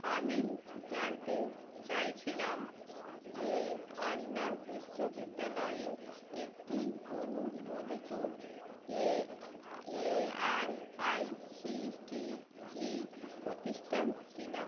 আমি জানতে চাইছিলাম যে আন্না বিশ্ববিদ্যালয় একটি অনুমোদিত এ এআরআইসিটিই প্রতিষ্ঠান কিনা